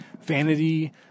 vanity